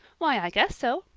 why, i guess so,